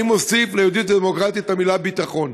אני מוסיף ל"יהודית ודמוקרטית" את המילה "ביטחון".